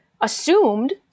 assumed